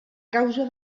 causa